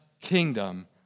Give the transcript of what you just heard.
kingdom